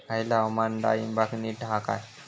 हयला हवामान डाळींबाक नीट हा काय?